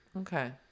Okay